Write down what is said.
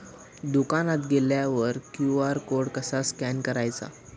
दुकानात गेल्यावर QR code कसा स्कॅन करायचा?